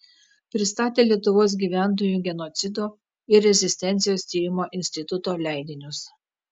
pristatė lietuvos gyventojų genocido ir rezistencijos tyrimo instituto leidinius